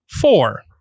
four